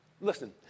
Listen